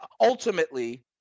ultimately